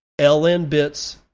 LNbits